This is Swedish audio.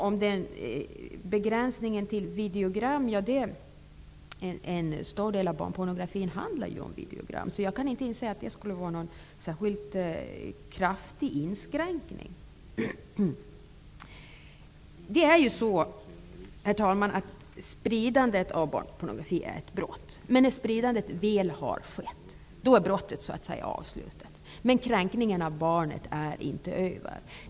Vad gäller begränsningen till videogram, finns ju en stor del av barnpornografin på videogram. Jag kan därför inte inse att det skulle vara någon särskilt kraftig begränsning. Herr talman! Ett spridande av barnpornografi är ett brott, men när spridandet väl har skett är brottet så att säga avslutat. Men kränkningen av barnet är inte över.